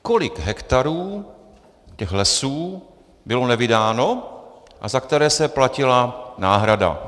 Kolik hektarů těch lesů bylo nevydáno a za které se platila náhrada.